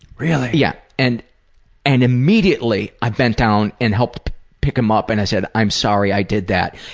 really? yeah. and and immediately i bent down and helped pick him up and i said, i'm sorry i did that.